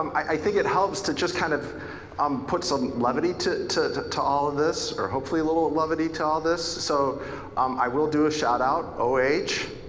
i think it helps to just kind of um put some levity to to all of this. or hopefully a little levity to all this. so i will do a shout out, o h.